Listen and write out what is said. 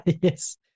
Yes